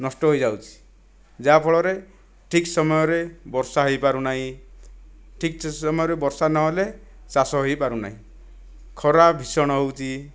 ନଷ୍ଟ ହୋଇଯାଉଛି ଯାହା ଫଳରେ ଠିକ୍ ସମୟରେ ବର୍ଷା ହୋଇପାରୁନାହିଁ ଠିକ୍ ସମୟରେ ବର୍ଷା ନହେଲେ ଚାଷ ହୋଇପାରୁନାହିଁ ଖରା ଭୀଷଣ ହେଉଛି